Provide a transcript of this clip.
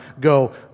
go